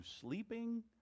sleeping